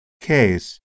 case